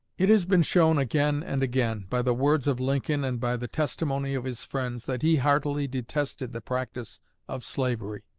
it has been shown again and again, by the words of lincoln and by the testimony of his friends, that he heartily detested the practice of slavery,